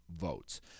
votes